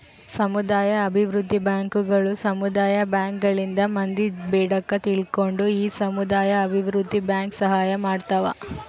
ಸಮುದಾಯ ಅಭಿವೃದ್ಧಿ ಬ್ಯಾಂಕುಗಳು ಸಮುದಾಯ ಬ್ಯಾಂಕ್ ಗಳಿಂದ ಮಂದಿ ಬೇಡಿಕೆ ತಿಳ್ಕೊಂಡು ಈ ಸಮುದಾಯ ಅಭಿವೃದ್ಧಿ ಬ್ಯಾಂಕ್ ಸಹಾಯ ಮಾಡ್ತಾವ